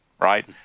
right